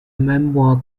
memoir